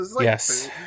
Yes